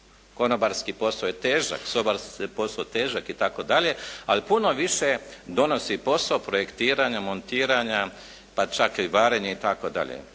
Konobarski posao je težak, sobarski je posao težak itd., ali puno više donosi posao projektiranja, montiranja, pa čak i varenje itd.